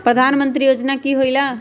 प्रधान मंत्री योजना कि होईला?